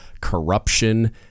corruption